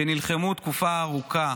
שנלחמו תקופה ארוכה